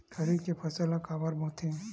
खरीफ के फसल ला काबर बोथे?